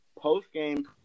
post-game